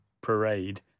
Parade